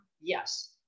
yes